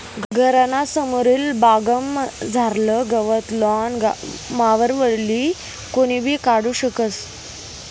घरना समोरली बागमझारलं गवत लॉन मॉवरवरी कोणीबी काढू शकस